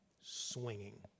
swinging